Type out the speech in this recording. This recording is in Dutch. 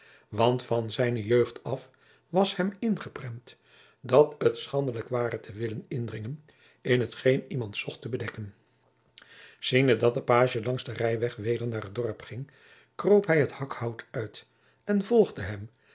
want van zijne jeugd af was hem ingeprent dat het schandelijk ware te willen indringen in hetgeen iemand zocht te bedekken ziende dat de pagie langs den rijweg weder naar het dorp ging kroop hij het hakhout uit en volgde hem